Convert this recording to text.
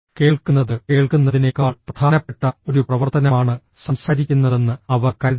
കേൾക്കുന്നത് കേൾക്കുന്നതിനേക്കാൾ പ്രധാനപ്പെട്ട ഒരു പ്രവർത്തനമാണ് സംസാരിക്കുന്നതെന്ന് അവർ കരുതുന്നു